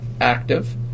active